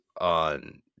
on